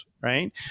Right